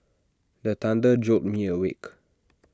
the thunder jolt me awake